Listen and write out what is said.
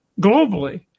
globally